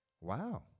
Wow